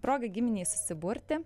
proga giminei susiburti